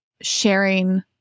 sharing